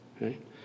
right